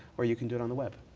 or you can do it on the web.